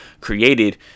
created